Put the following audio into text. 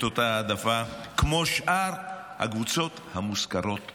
אותה העדפה כמו שאר הקבוצות המוזכרות בחוק?